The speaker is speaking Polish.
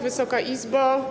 Wysoka Izbo!